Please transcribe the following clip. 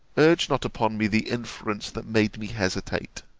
urge not upon me the inference that made me hesitate.